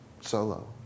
solo